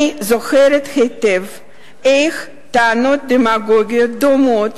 אני זוכרת היטב איך טענות דמגוגיות דומות